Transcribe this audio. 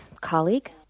colleague